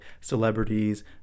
celebrities